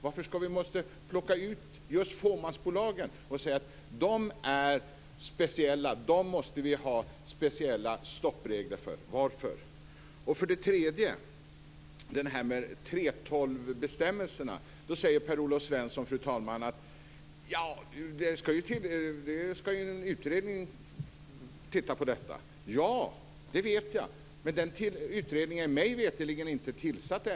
Varför måste vi plocka ut just fåmansbolagen och säga att de är speciella och att vi måste ha speciella stoppregler för dem? Olof Svensson säger att en utredning ska se över detta. Ja, det vet jag. Men den utredningen är mig veterligen ännu inte tillsatt.